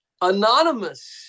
Anonymous